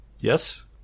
yes